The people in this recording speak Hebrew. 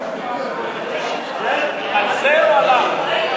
על זה או עליו?